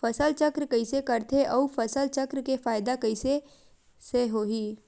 फसल चक्र कइसे करथे उ फसल चक्र के फ़ायदा कइसे से होही?